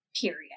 period